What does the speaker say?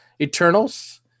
Eternals